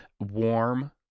warm